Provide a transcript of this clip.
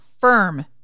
firm